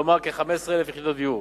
כלומר כ-15,000 יחידות דיור.